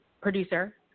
producer